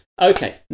Okay